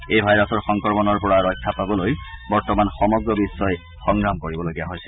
এই ভাইৰাছৰ সংক্ৰমণৰ পৰা ৰক্ষা পাবলৈ বৰ্তমান সমগ্ৰ বিশ্বই সংগ্ৰাম কৰিবলগীয়া হৈছে